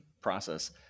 process